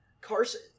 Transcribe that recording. Carson